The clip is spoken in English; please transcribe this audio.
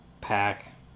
Pack